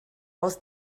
aus